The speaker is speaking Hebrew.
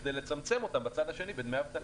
בשביל לצמצם אותם בצד השני בדמי אבטלה.